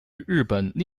日本